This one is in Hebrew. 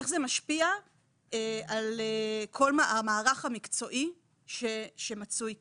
איך זה משפיע על המערך המקצועי שמצוי כאן?